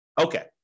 Okay